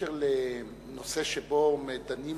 בקשר לנושא שבו דנים